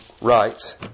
rights